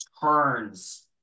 turns